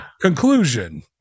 conclusion